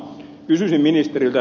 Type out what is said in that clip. kysyisin ministeriltä